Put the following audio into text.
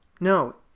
No